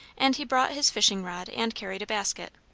and he brought his fishing-rod and carried a basket.